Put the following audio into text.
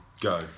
Go